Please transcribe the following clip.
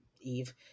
eve